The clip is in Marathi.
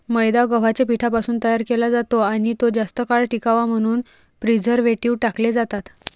मैदा गव्हाच्या पिठापासून तयार केला जातो आणि तो जास्त काळ टिकावा म्हणून प्रिझर्व्हेटिव्ह टाकले जातात